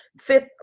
Fifth